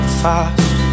fast